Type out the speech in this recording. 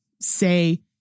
say